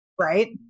Right